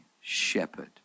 shepherd